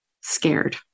scared